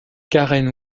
carène